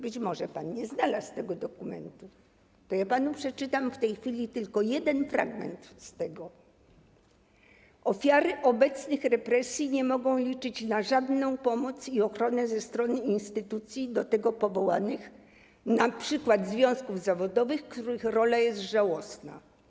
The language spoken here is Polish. Być może pan nie znalazł tego dokumentu, to ja panu przeczytam w tej chwili tylko jeden fragment: ofiary obecnych represji nie mogą liczyć na żadną pomoc i ochronę ze strony instytucji do tego powołanych, np. związków zawodowych, których rola jest żałosna.